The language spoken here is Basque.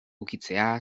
ukitzea